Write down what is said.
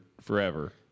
forever